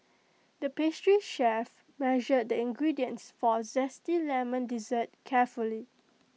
the pastry chef measured the ingredients for A Zesty Lemon Dessert carefully